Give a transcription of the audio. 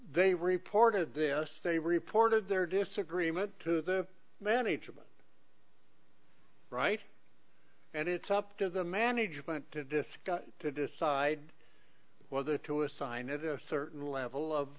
they reported this they reported their disagreement to the management right and it's up to the management to discuss to decide whether to assign it a certain level of